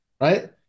right